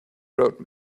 wrote